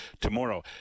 tomorrow